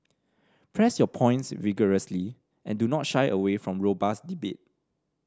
press your points vigorously and do not shy away from robust debate